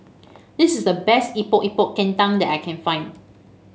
this is the best Epok Epok Kentang that I can find